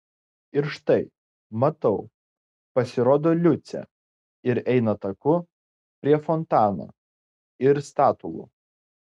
ir štai matau pasirodo liucė ir eina taku prie fontano ir statulų